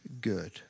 good